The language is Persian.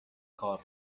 کار